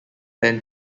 ten